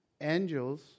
Angels